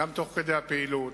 תוך כדי פעילות,